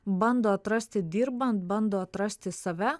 bando atrasti dirbant bando atrasti save